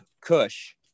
kush